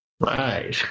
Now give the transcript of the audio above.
Right